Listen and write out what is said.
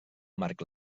marc